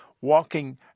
walking